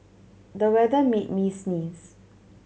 the weather made me sneeze